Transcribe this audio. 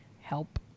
help